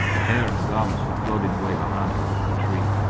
her hair and her garments went floating away behind her over the tree,